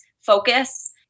focus